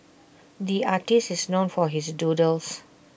the artists is known for his doodles